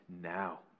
now